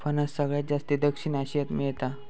फणस सगळ्यात जास्ती दक्षिण आशियात मेळता